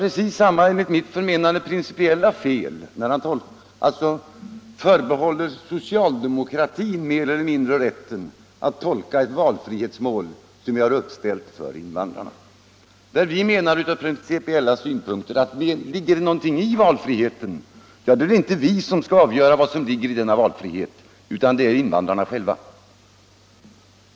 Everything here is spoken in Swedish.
Enligt mitt förmenande gör herr Andréasson där precis samma principiella fel, när han mer eller mindre förbehåller socialdemokratin rätten att tolka ett valfrihetsmål som vi har ställt upp för invandrarna. Utifrån våra principiella utgångspunkter menar vi att om det är något med valfriheten, så är det inte vi som skall avgöra vad som ligger i denna valfrihet utan det är invandrarna själva.